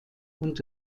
und